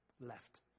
left